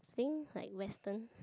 think like Western